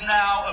now